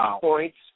points